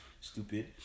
Stupid